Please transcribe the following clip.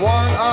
one